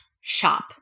shop